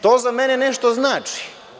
To za mene nešto znači.